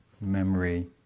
memory